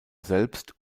selbst